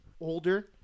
older